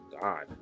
God